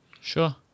Sure